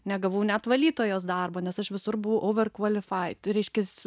negavau net valytojos darbo nes aš visur buvau over qualified reiškias